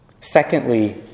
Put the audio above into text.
Secondly